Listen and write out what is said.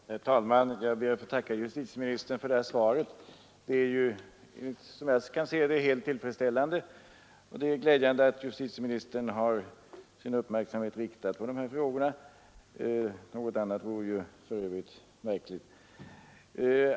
Herr talman! Jag ber att få tacka justitieministern för svaret på min enkla fråga. Det är såvitt jag kan se helt tillfredsställande. Det är glädjande att justitieministern har sin uppmärksamhet riktad på dessa frågor. Något annat vore ju för övrigt märkligt.